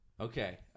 Okay